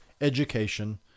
education